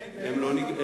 כן, כן.